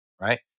right